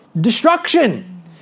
destruction